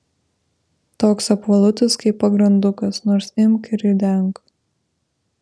toks apvalutis kaip pagrandukas nors imk ir ridenk